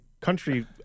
country